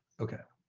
ok.